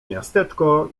miasteczko